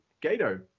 Gato